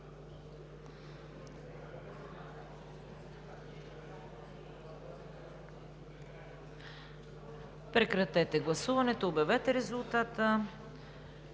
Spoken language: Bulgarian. Прекратете гласуването и обявете резултата.